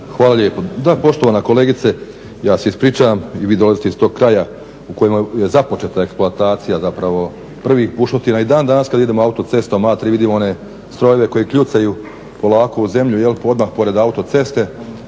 Hvala lijepo. Da poštovana kolegice, ja se ispričavam i vi dolazite iz tog kraja u kojima je započeta eksploatacija zapravo prvih bušotina. I dan danas kada idemo autocestom A3 vidim one strojeve koji kljucaju polako u zemlju odmah pored autoceste